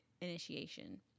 initiation